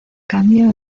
cambio